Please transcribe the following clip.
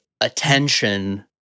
attention